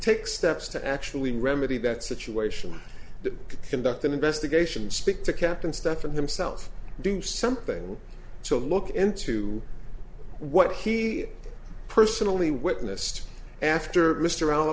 take steps to actually remedy that situation to conduct an investigation and speak to captain stephan himself do something to look into what he personally witnessed after mr around